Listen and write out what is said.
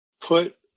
put